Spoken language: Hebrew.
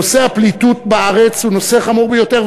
נושא הפליטות בארץ הוא נושא חמור ביותר,